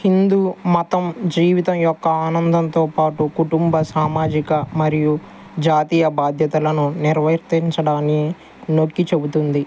హిందూ మతం జీవితం యొక్క ఆనందంతో పాటు కుటుంబ సామాజిక మరియు జాతీయ బాధ్యతలను నిర్వర్తించడాన్ని నొక్కి చెబుతుంది